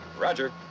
roger